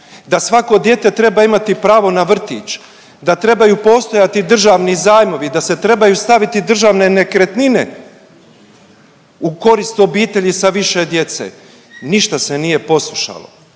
da svako dijete treba imati pravo na vrtić, da trebaju postojati državni zajmovi, da se trebaju staviti državne nekretnine u korist obitelji sa više djece. Ništa se nije poslušalo.